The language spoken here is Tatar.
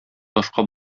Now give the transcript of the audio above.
ташка